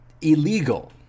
illegal